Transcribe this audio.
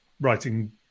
writing